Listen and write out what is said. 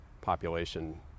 population